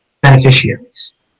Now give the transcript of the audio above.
beneficiaries